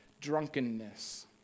drunkenness